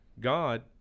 God